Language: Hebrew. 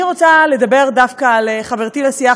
אני רוצה לדבר דווקא על חברתי לסיעה,